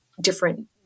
different